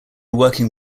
working